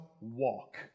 walk